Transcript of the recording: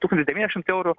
tūkstantis devyndešimt eurų